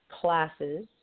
classes